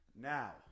Now